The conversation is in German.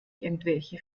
irgendwelche